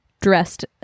dressed